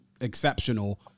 exceptional